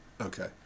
Okay